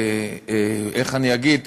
איך אני אגיד?